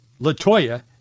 LaToya